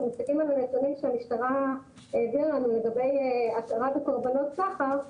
מסתכלים על הנתונים שהמשטרה העבירה לנו לגבי הכרה בקורבנות סחר,